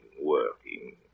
working